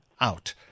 out